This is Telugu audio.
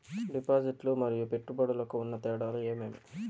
డిపాజిట్లు లు మరియు పెట్టుబడులకు ఉన్న తేడాలు ఏమేమీ?